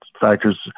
Factors